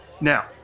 Now